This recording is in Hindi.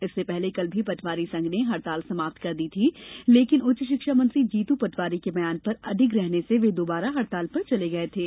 इससे पहले कल भी पटवारी संघ ने हड़ताल समाप्त कर दी थी लेकिन उच्च शिक्षा मंत्री जीतू पटवारी के बयान पर अडिग रहने से वे दोबारा हड़ताल पर चले गये थे